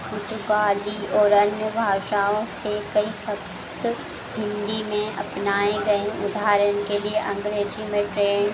पुर्तगाली और अन्य भाषाओं से कई शब्द हिन्दी में अपनाए गए उदाहरण के लिए अँग्रेजी में ट्रेन